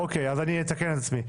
אז אני אתקן את עצמי.